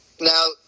Now